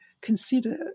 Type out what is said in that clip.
consider